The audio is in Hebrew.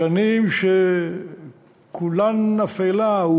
בשנים שכולן אפלה,